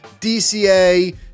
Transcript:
DCA